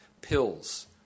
pills